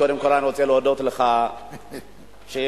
קודם כול אני רוצה להודות לך על שאפשרת,